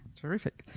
terrific